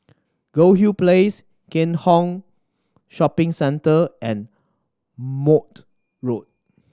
Goldhill Place Keat Hong Shopping Centre and Maude Road